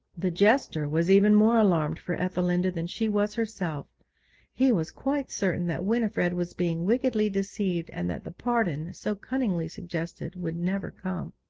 the jester was even more alarmed for ethelinda than she was herself he was quite certain that winifred was being wickedly deceived, and that the pardon so cunningly suggested would never come.